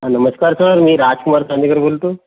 हा नमस्कार सर मी राजकुमार चांदेकर बोलतो